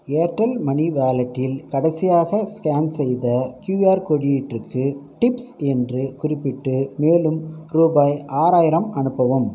Airtel money வாலெட்டில் கடைசியாக scan செய்த கியூஆர் குறியீட்டுக்கு டிப்ஸ் என்று குறிப்பிட்டு மேலும் ரூபாய் ஆறாயிரம் அனுப்பவும்